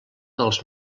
dels